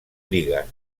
ligas